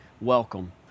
Welcome